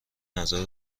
نظر